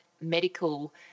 medical